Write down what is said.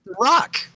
rock